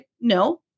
No